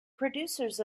producers